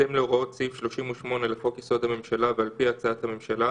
"בהתאם להוראות סעיף 38 לחוק-יסוד: הממשלה ועל-פי הצעת הממשלה,